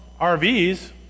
RVs